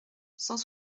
cent